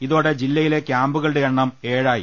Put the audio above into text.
ഇതോടെ ജില്ലയി്ലെ ക്യാമ്പുകളുടെ എണ്ണം ഏഴായി